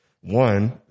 one